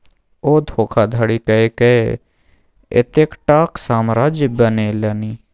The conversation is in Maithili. ओ धोखाधड़ी कय कए एतेकटाक साम्राज्य बनेलनि